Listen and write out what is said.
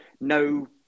No